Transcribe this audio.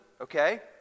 okay